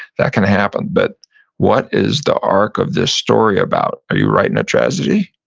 that can happen. but what is the arc of this story about? are you writing a tragedy?